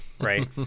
right